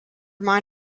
mind